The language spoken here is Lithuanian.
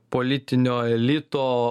politinio elito